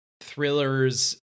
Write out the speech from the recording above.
thrillers